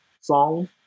Song